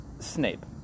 Snape